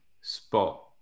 spot